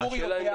הציבור יודע.